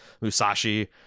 Musashi